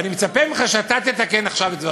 ואני מצפה שאתה תתקן עכשיו את דבריך.